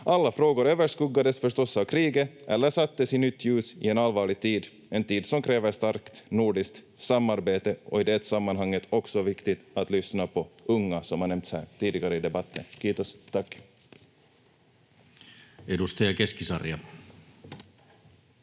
Alla frågor överskuggades förstås av kriget eller sattes i nytt ljus i en allvarlig tid, en tid som kräver starkt nordiskt samarbete, och i det sammanhanget är det också viktigt att lyssna på unga, vilket har nämnts här tidigare i debatten. — Kiitos, tack. Edustaja Keskisarja.